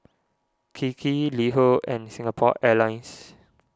Kiki LiHo and Singapore Airlines